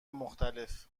مختلف